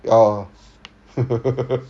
orh